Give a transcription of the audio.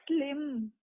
slim